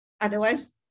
otherwise